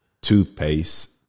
toothpaste